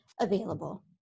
available